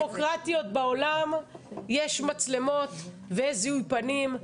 במדינות הכי דמוקרטיות בעולם יש מצלמות וזיהוי פנים.